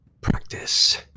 practice